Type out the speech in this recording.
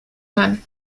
mann